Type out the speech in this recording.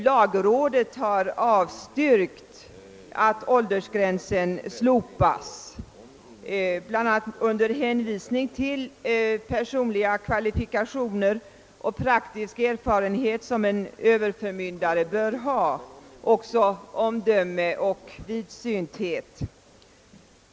Lagrådet har avstyrkt att åldersgränsen slopas, bl.a. under hänvisning till personliga kvalifikationer — såsom praktisk erfarenhet, omdömesgillhet och vidsynthet — som en överförmyndare bör ha.